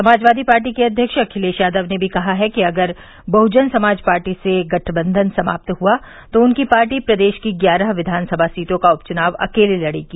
Samajwadi party के अध्यक्ष अखिलेश यादव ने भी कहा है कि अगर बहुजन समाज पार्टी से गठबंधन समाप्त हुआ तो उनकी पार्टी प्रदेश की ग्यारह विधानसभा सीटों का उपचुनाव अकेले लड़ेगी